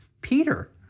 Peter